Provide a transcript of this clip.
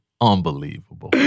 unbelievable